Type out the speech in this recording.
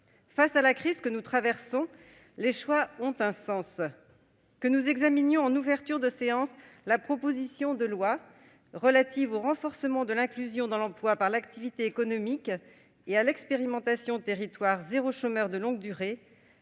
de la crise que nous traversons, les choix ont un sens. Que nous examinions en ouverture de session la proposition de loi relative au renforcement de l'inclusion dans l'emploi par l'activité économique et à l'expérimentation « territoires zéro chômeur de longue durée